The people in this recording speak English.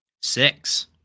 Six